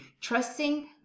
trusting